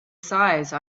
size